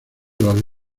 los